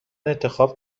انتخاب